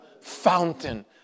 fountain